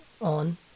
on